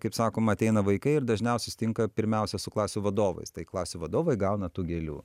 kaip sakoma ateina vaikai ir dažniausiai tinka pirmiausia su klasių vadovais tai klasių vadovai gauna tų gėlių